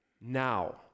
now